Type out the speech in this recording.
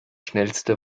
schnellste